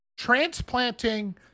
transplanting